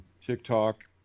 TikTok